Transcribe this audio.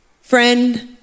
Friend